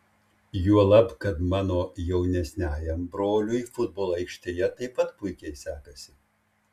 juolab kad mano jaunesniajam broliui futbolo aikštėje taip pat puikiai sekasi